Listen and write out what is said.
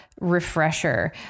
refresher